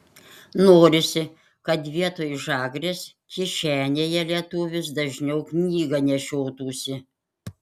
norisi kad vietoj žagrės kišenėje lietuvis dažniau knygą nešiotųsi